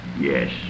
Yes